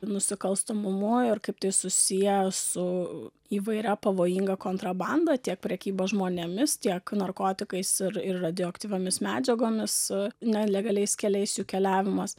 nusikalstamumu ir kaip tai susiję su įvairia pavojinga kontrabanda tiek prekyba žmonėmis tiek narkotikais ir ir radioaktyviomis medžiagomis su nelegaliais keliais jų keliavimas